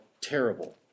terrible